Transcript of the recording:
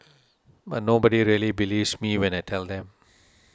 but nobody really believes me when I tell them